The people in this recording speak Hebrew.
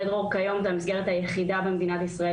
בית דרור כיום זו המסגרת היחידה במדינת ישראל